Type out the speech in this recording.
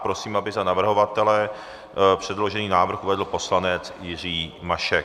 Prosím, aby za navrhovatele předložený návrh uvedl poslanec Jiří Mašek.